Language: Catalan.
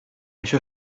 això